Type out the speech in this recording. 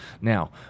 Now